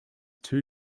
two